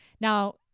Now